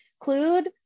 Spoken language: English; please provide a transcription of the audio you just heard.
include